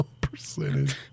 percentage